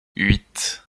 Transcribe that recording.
huit